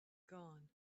gone